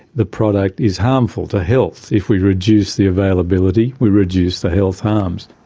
the product is harmful to health. if we reduce the availability we reduce the health harms.